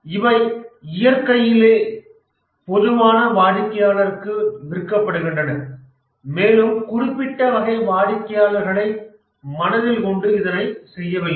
இவை இயற்கையில் பொதுவான வாடிக்கையாளர்களுக்கு விற்கப்படுகின்றன மேலும் குறிப்பிட்ட வகை வாடிக்கையாளர்களை மனதில் கொண்டு இதனை செய்யவில்லை